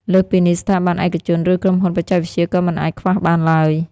លើសពីនេះ ស្ថាប័នឯកជន ឬក្រុមហ៊ុនបច្ចេកវិទ្យាក៏មិនអាចខ្វះបានឡើយ។